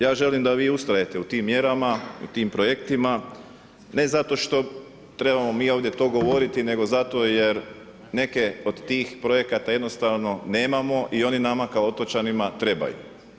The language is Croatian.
Ja želim da vi ustrajete u tim mjerama i u tim projektima ne zato što trebamo mi ovdje to govoriti nego zato jer neke od tih projekata jednostavno nemamo i oni nama kao otočanima trebaju.